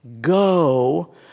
go